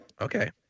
Okay